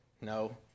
No